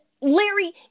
Larry